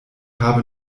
habe